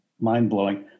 mind-blowing